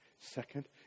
Second